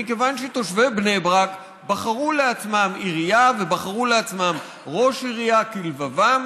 מכיוון שתושבי בני ברק בחרו לעצמם עירייה ובחרו לעצמם ראש עירייה כלבבם,